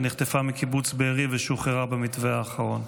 שנחטפה מקיבוץ בארי ושוחררה במתווה האחרון.